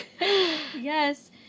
Yes